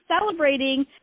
celebrating